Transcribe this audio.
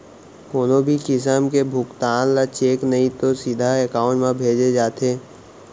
कोनो भी किसम के भुगतान ल चेक नइ तो सीधा एकाउंट म भेजे जाथे